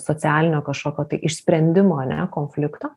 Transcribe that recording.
socialinio kažkokio tai išsprendimo ane konflikto